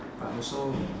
I also